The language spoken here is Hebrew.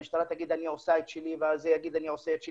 המשטרה תגיד שהיא עושה את שלה וזה יגיד שהוא עושה את שלו,